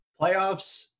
Playoffs